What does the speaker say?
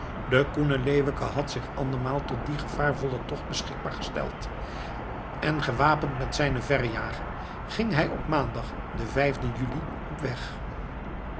de koene leeuwke had zich andermaal tot dien gevaarvollen tocht beschikbaar gesteld en gewapend met zijnen verrejager ging hij op maandag den vijfden juli op weg